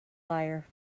liar